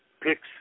picks